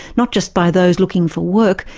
not just by those looking for work,